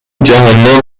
جهنم